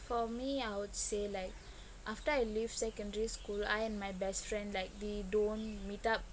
for me I would say like after I leave secondary school I and my best friend like we don't meet up